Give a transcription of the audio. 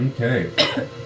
Okay